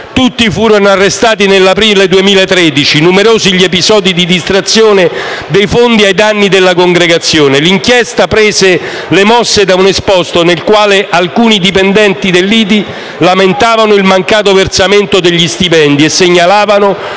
tutti furono arrestati nell’aprile 2013. Numerosi sono gli episodi di distrazione dei fondi ai danni della Congregazione. L’inchiesta prese le mosse da un esposto nel quale alcuni dipendenti dell’IDI lamentavano il mancato versamento degli stipendi e segnalavano